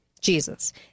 Jesus